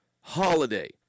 holiday